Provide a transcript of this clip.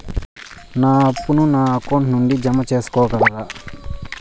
నా అప్పును నా అకౌంట్ నుండి జామ సేసుకోగలరా?